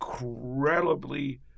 incredibly